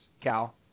Cal